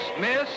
miss